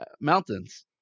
mountains